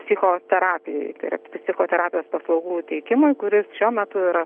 psichoterapijai tai yra psichoterapijos paslaugų teikimui kuris šiuo metu yra